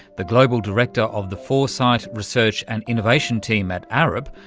the global director of the foresight, research and innovation team at arup,